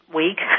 week